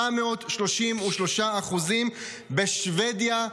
733%; בשבדיה,